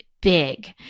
big